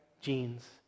genes